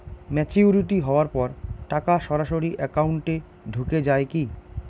Maturity হওয়ার পর টাকা সরাসরি একাউন্ট এ ঢুকে য়ায় কি?